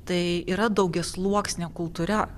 tai yra daugiasluoksnė kultūra